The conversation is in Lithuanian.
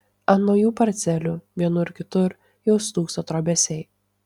ant naujų parcelių vienur kitur jau stūkso trobesiai